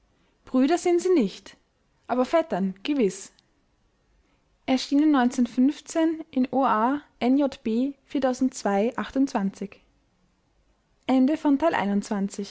brüder sind sie nicht aber vettern gewiß oan jb